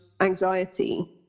anxiety